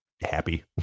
happy